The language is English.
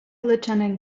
lieutenant